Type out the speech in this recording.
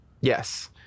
Yes